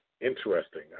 interesting